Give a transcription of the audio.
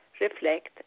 reflect